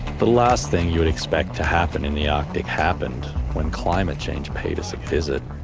the last thing you and expect to happen in the artic happened when climate change paid us a visit.